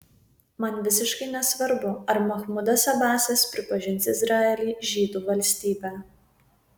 man visiškai nesvarbu ar machmudas abasas pripažins izraelį žydų valstybe